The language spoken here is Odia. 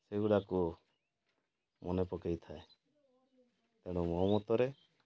ସେଗୁଡ଼ାକୁ ମନେ ପକେଇଥାଏ ତେଣୁ ମୋ ମତରେ